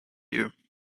you